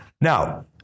Now